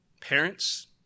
parents